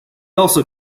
also